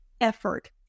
effort